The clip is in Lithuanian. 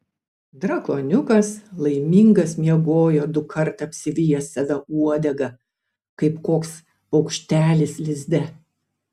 drakoniukas laimingas miegojo dukart apsivijęs save uodega kaip koks paukštelis lizde